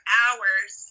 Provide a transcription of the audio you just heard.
hours